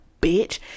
bitch